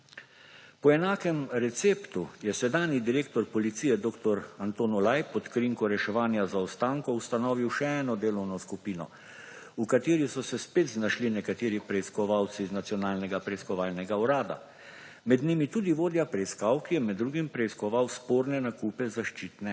Po enakem receptu je sedanji direktor policije dr. Anton Olaj pod krinko reševanja zaostankov ustanovil še eno delovno skupino, v kateri so se spet znašli nekateri preiskovalci iz Nacionalnega preiskovalnega urada. Med njimi tudi vodja preiskav, ki je med drugim preiskoval sporne nakupe zaščitne